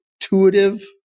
intuitive